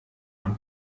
man